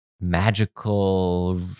magical